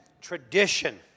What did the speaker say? Tradition